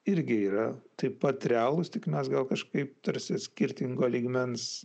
irgi yra taip pat realūs tik mes gal kažkaip tarsi skirtingo lygmens